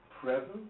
present